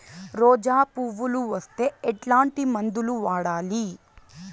రోజా పువ్వులు వస్తే ఎట్లాంటి మందులు వాడాలి?